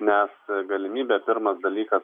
nes galimybė pirmas dalykas